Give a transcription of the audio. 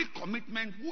commitment